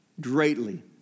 greatly